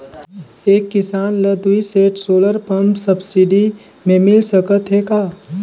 एक किसान ल दुई सेट सोलर पम्प सब्सिडी मे मिल सकत हे का?